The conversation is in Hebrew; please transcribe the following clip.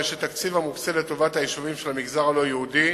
הרי שתקציב המוקצה לטובת היישובים של המגזר הלא-יהודי